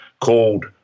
called